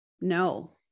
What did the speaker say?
No